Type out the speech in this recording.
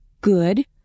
good